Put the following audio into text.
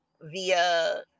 via